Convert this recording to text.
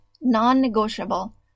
non-negotiable